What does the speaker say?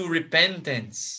repentance